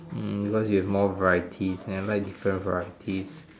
hmm cause it has more varieties and I like different varieties